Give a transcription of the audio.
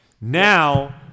Now